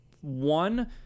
one